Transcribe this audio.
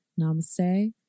Namaste